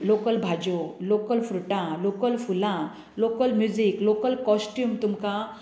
local भाज्यो local फ्रुटां local फुलां लाॅकल म्युजीक लाॅकल काॅस्ट्युम तुमकां